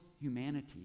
humanity